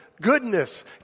goodness